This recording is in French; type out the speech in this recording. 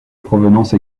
provenance